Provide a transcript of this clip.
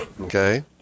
Okay